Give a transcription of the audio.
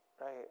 right